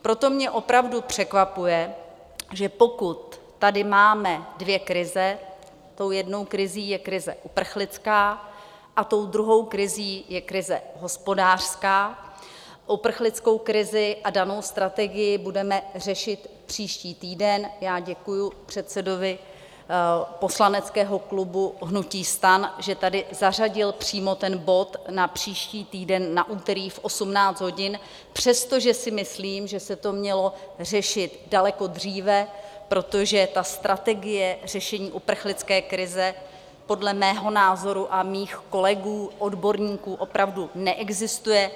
Proto mě opravdu překvapuje, že pokud tady máme dvě krize, tou jednou krizí je krize uprchlická a tou druhou krizí je krize hospodářská, uprchlickou krizi a danou strategii budeme řešit příští týden, já děkuji předsedovi poslaneckého klubu hnutí STAN, že sem zařadil přímo ten bod na příští týden na úterý v 18 hodin, přestože si myslím, že se to mělo řešit daleko dříve, protože ta strategie řešení uprchlické krize podle mého názoru a mých kolegů odborníků opravdu neexistuje.